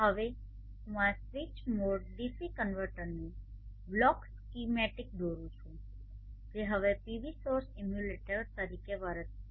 હવે હું આ સ્વીચ મોડ ડીસી કન્વર્ટરનું બ્લોક સ્કીમેટિક દોરું જે હવે પીવી સોર્સ ઇમ્યુલેટર તરીકે વર્તે છે